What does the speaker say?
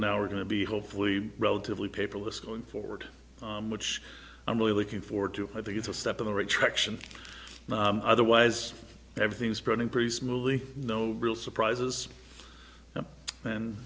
now we're going to be hopefully relatively paperless going forward which i'm really looking forward to i think it's a step in the retraction otherwise everything's spreading pretty smoothly no real surprises and